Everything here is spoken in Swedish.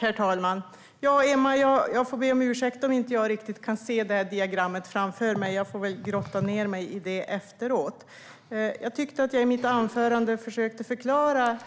Herr talman! Jag får be om ursäkt, Emma, om jag inte riktigt kan se diagrammet framför mig. Jag får väl grotta ned mig i det efteråt. Jag tyckte att jag i mitt anförande försökte förklara